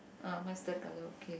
ah mustard color okay